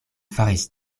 faris